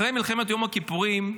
אחרי מלחמת יום הכיפורים,